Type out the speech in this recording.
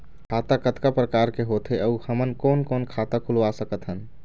खाता कतका प्रकार के होथे अऊ हमन कोन कोन खाता खुलवा सकत हन?